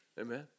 Amen